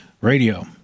Radio